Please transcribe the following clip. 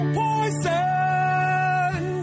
poison